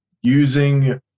using